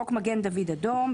בחוק מגן דוד אדום,